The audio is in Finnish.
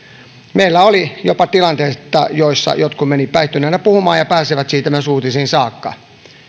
meillä oli jopa tilanteita joissa jotkut menivät päihtyneenä puhumaan ja pääsivät siitä myös uutisiin saakka